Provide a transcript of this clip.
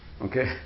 Okay